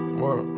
more